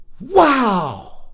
wow